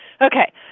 Okay